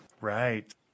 Right